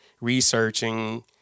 researching